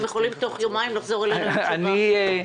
הם יכולים תוך יומיים לחזור אלינו עם תשובה.